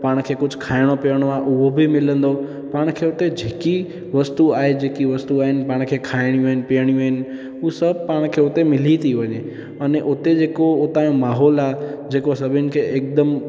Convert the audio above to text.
पाण खे कुझु खाइणो पीअणो आहे उहो बि मिलंदो पाण खे हुते जेकी वस्तू आहे जेकी आहिनि पाण खे खाइणियूं आहिनि पीअणियूं आहिनि हू सभु पाण खे हुते मिली था वञे अने हुते जेको उतां जो माहौलु आहे जेको सभिनी खे हिकदमि